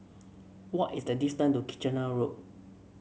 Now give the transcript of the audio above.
what is the distance to Kitchener Road